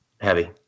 heavy